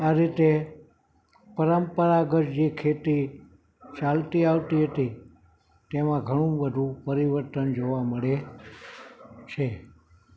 આ રીતે પરંપરાગત જે ખેતી ચાલતી આવતી હતી તેમાં ઘણું બધું પરિવર્તન જોવા મળે છે